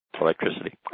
Electricity